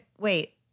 wait